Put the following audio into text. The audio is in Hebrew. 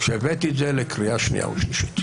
כשהבאתי את הצעת החוק לקריאה שנייה ושלישית.